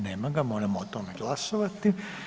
Nema ga, moramo o tome glasovati.